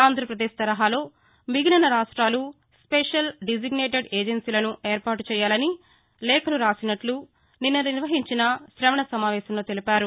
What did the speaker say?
ఆంధ్రప్రదేశ్ తరహాలో మిగిలిన రాష్ట్రాలూ స్పెషల్ డిజిగ్నేటెడ్ ఏజన్సీలను ఎస్డీఏలు ఏర్పాటు చేయాలని లేఖలు రాసినట్ట నిన్న నిర్వహించిన శవణ సమావేంలో తెలిపారు